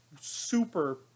super